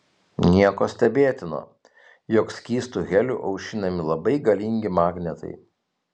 nieko stebėtino jog skystu heliu aušinami labai galingi magnetai